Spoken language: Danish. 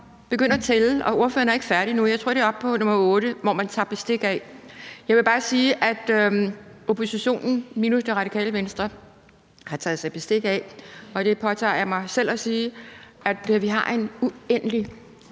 begynde at tælle, og ordføreren er ikke færdig endnu, men jeg tror, det er ottende gang, han siger, at man tager bestik af situationen. Jeg vil bare sige, at oppositionen minus Radikale Venstre har taget bestik af – og det påtager jeg mig selv at sige – at vi har en uendelig